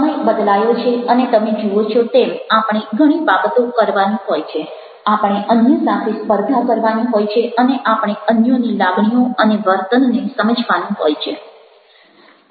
સમય બદલાયો છે અને તમે જુઓ છો તેમ આપણે ઘણી બાબતો કરવાની હોય છે આપણે અન્ય સાથે સ્પર્ધા કરવાની હોય છે અને આપણે અન્યોની લાગણીઓ અને વર્તનને સમજવાનું હોય છે